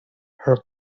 her